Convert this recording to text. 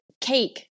cake